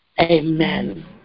Amen